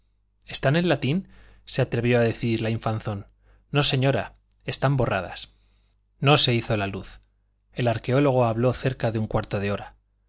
están en latín se atrevió a decir la infanzón no señora están borradas no se hizo la luz el arqueólogo habló cerca de un cuarto de hora